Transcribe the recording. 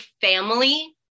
family